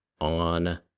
on